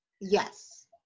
Yes